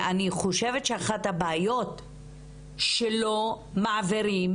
אני חושבת שאחת הבעיות היא שלא מעבירים